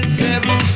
seven